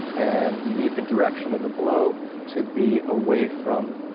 and. you need the direction of the blow to be away from.